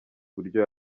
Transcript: uburyo